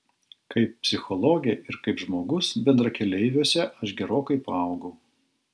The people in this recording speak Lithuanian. kaip psichologė ir kaip žmogus bendrakeleiviuose aš gerokai paaugau